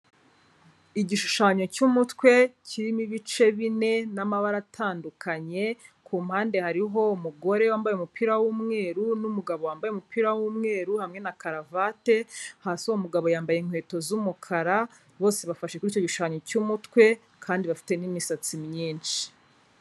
Igishushanyo cy'umutwe kirimo ibice bine n'amabara atandukanye, ku mpande hariho umugore wambaye umupira w'umweru n'umugabo wambaye umupira w'umweru hamwe na karavate, hasi uwo mugabo yambaye inkweto z'umukara, bose bafashe kuri icyo gishushanyo cy'umutwe kandi bafite n'imisatsi myinshi.